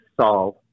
solve